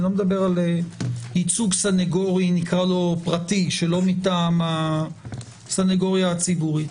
לא מדבר על ייצוג סנגורי פרטי שלא מטעם הסנגוריה הציבורית.